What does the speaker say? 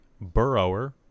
burrower